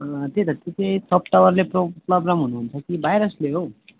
त्यही त त्यो टप टावरले प्रब्लम हुनुहुन्छ कि भाइरसले हौ